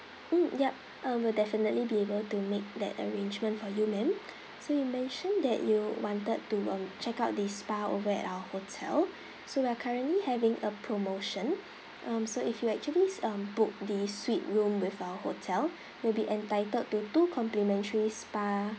mm yup um will definitely be able to make that arrangement for you ma'am so you mentioned that you wanted to um check out the spa over at our hotel so we are currently having a promotion um so if you actually um book the suite room with our hotel you'll be entitled to two complimentary spa